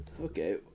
Okay